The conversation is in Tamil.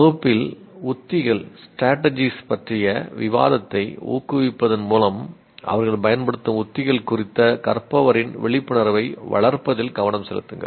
வகுப்பில் உத்திகள் பற்றிய விவாதத்தை ஊக்குவிப்பதன் மூலம் அவர்கள் பயன்படுத்தும் உத்திகள் குறித்த கற்பவரின் விழிப்புணர்வை வளர்ப்பதில் கவனம் செலுத்துங்கள்